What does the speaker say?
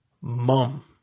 mum